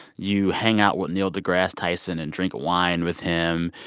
you hang out with neil degrasse tyson and drink wine with him.